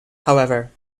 however